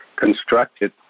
constructed